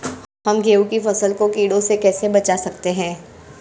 हम गेहूँ की फसल को कीड़ों से कैसे बचा सकते हैं?